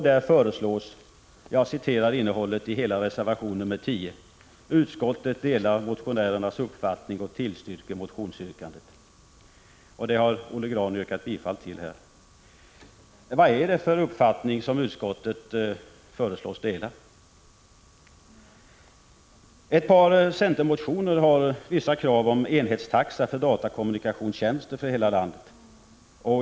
Där föreslås följande, och då citerar jag hela innehållet i reservationen: ”Utskottet delar motionärernas uppfattning och tillstyrker motionsyrkandet.” Det förslaget har Olle Grahn här yrkat bifall till. Vad är det för uppfattning som utskottet föreslås dela? I ett par centermotioner ställs vissa krav om enhetstaxa för datakommunikationstjänster för hela landet.